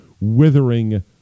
withering